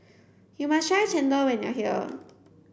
you must try Chendol when you are here